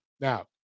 Now